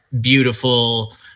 beautiful